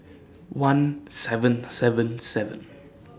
one seven seven seven